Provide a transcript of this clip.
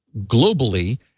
globally